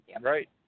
Right